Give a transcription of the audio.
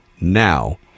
now